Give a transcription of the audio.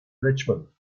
richmond